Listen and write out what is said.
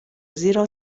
زیرا